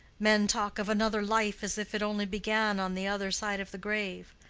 men talk of another life as if it only began on the other side of the grave.